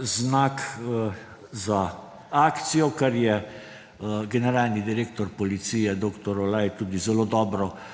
znak za akcijo, kar je generalni direktor policije dr. Olaj tudi zelo dobro